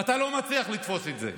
אתה לא מצליח לתפוס את זה.